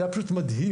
זה היה פשוט מדהים,